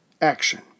action